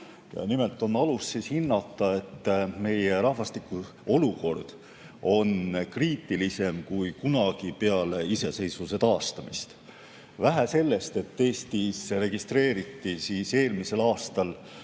Nimelt on alust hinnata, et meie rahvastiku olukord on kriitilisem kui kunagi varem peale iseseisvuse taastamist. Vähe sellest, et Eestis registreeriti eelmisel aastal